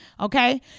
okay